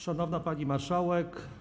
Szanowna Pani Marszałek!